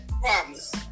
promise